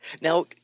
Now